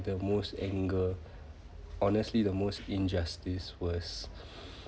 the most anger honestly the most injustice was